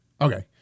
Okay